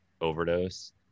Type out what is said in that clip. overdose